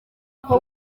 ibyo